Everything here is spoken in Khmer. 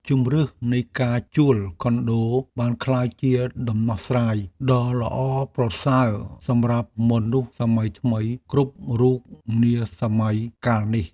ជម្រើសនៃការជួលខុនដូបានក្លាយជាដំណោះស្រាយដ៏ល្អប្រសើរសម្រាប់មនុស្សសម័យថ្មីគ្រប់រូបនាសម័យកាលនេះ។